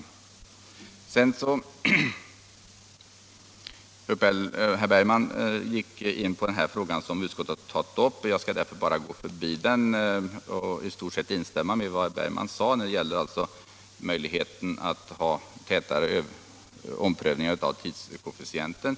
Herr Bergman gick in på frågan om metoden för omprövning av tidskoefficienten som utskottet har tagit upp — och jag går därför förbi den och instämmer i stort sett med det herr Bergman sade —- om möjligheten att ha tätare omprövningar av tidskoefficienten.